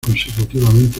consecutivamente